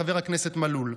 חבר הכנסת מלול,